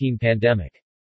pandemic